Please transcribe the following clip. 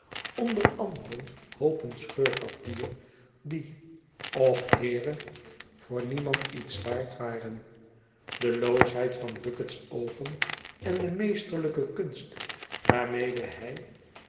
onder anderen hoopen scheurpapier die och heere voor niemand iets waard waren de loosheid van bucket's oogen en de meesterlijke kunst waarmede hij